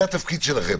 זה התפקיד שלכם.